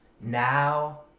now